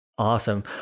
Awesome